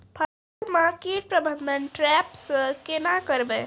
फसल म कीट प्रबंधन ट्रेप से केना करबै?